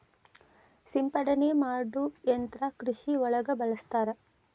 ಸಿಂಪಡನೆ ಮಾಡು ಯಂತ್ರಾ ಕೃಷಿ ಒಳಗ ಬಳಸ್ತಾರ